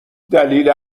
دلیل